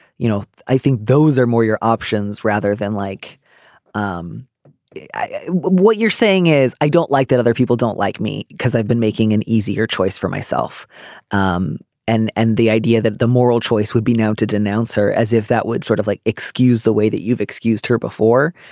you know i think those are more your um shins rather than like um what you're saying is i don't like that other people don't like me because i've been making an easier choice for myself um and and the idea that the moral choice would be now to denounce her as if that would sort of like excuse the way that you've excused her before.